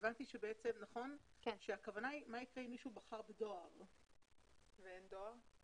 הבנתי שהכוונה היא מה יצא אם מישהו בחר בדואר ואין דואר.